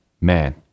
man